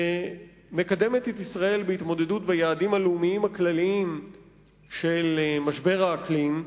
שמקדמת את ישראל בהתמודדות עם היעדים הלאומיים הכלליים של משבר האקלים.